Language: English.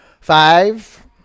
Five